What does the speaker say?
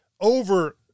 over